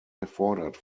erfordert